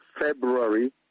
February